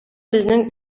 безнең